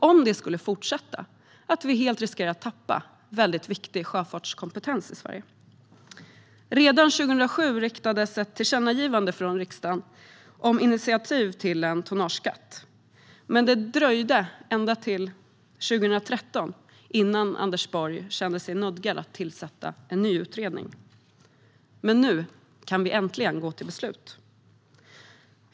Om detta fortsätter riskerar vi att helt tappa viktig sjöfartskompetens i Sverige. Redan 2007 riktades ett tillkännagivande från riksdagen om initiativ till en tonnageskatt. Men det dröjde ända till 2013 innan Anders Borg kände sig nödgad att tillsätta en ny utredning. Nu kan vi äntligen gå till beslut.